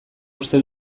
uste